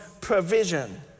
provision